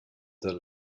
the